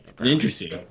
Interesting